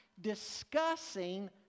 discussing